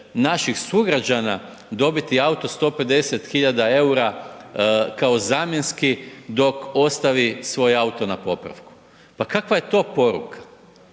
naših sugrađana dobiti auto 150.000 eura kao zamjenski dok ostavi svoj auto na popravku. Pa kakva je to poruka?